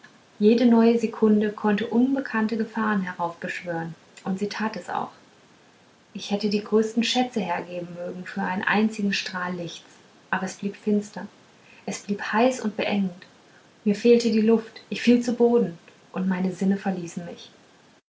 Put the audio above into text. jede neue sekunde konnte unbekannte gefahren heraufbeschwören und sie tat es auch ich hätte die größten schätze hergeben mögen für einen einzigen strahl lichts aber es blieb finster es blieb heiß und beengend mir fehlte die luft ich fiel zu boden und meine sinne verließen mich